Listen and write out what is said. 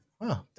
Wow